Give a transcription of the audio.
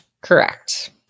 Correct